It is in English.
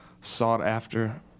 sought-after